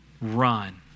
run